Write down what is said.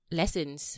lessons